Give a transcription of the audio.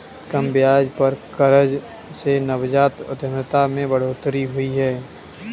कम ब्याज पर कर्ज मिलने से नवजात उधमिता में बढ़ोतरी हुई है